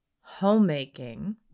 homemaking